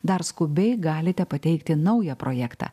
dar skubiai galite pateikti naują projektą